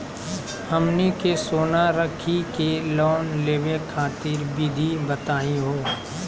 हमनी के सोना रखी के लोन लेवे खातीर विधि बताही हो?